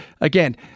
again